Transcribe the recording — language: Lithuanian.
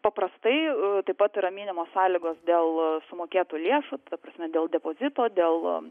paprastai taip pat yra minimos sąlygos dėl sumokėtų lėšų ta prasme dėl depozito dėl